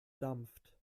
dampft